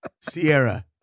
Sierra